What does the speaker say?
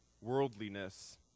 Worldliness